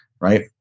right